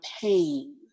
pain